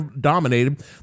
dominated